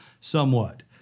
somewhat